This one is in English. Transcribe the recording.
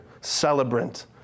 celebrant